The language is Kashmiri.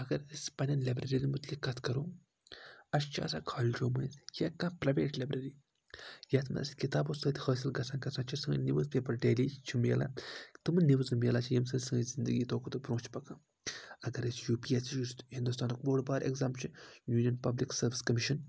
اَگر أسۍ پَننؠن لایٔبریرِیَن مُتعلِق کَتھ کَرو اسہِ چھِ آسان کالیجَن منز یا کانہہ پرایویٹ لایبریری یَتھ منز کِتابو سٟتۍ حٲصِل گژھان گژھان چھِ سٲنۍ نِوٕزپیپَر ڈیلی چھِ ملان تِم نِوزٕ ملان چھِ ییٚمہِ سٟتۍ سٲنۍ زِندگی دۄہ کھۄتہٕ دۄہ برونہہ چھِ پَکان اَگر أسۍ یوٗ پی اؠس سی ہندوستانُک بۆڈ بار اؠگزام چھُ یوجَن پَبلِک سَروِس کَمشَن